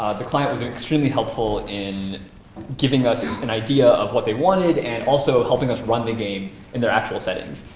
the client was extremely helpful in giving us an idea of what they wanted and also helping us run the game in their actual settings.